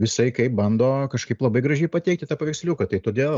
visai kaip bando kažkaip labai gražiai pateikti tą paveiksliuką tai todėl